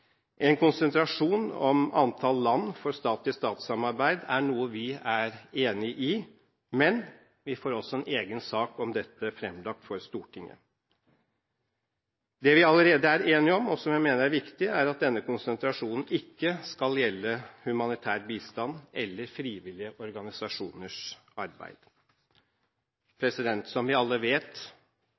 En konsentrasjon om antall land for stat-til-stat-samarbeid er noe vi er enig i, men vi får også en egen sak om dette fremlagt for Stortinget. Det vi allerede er enige om, og som jeg mener er viktig, er at denne konsentrasjonen ikke skal gjelde humanitær bistand eller frivillige organisasjoners arbeid. Som vi alle vet,